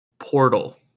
Portal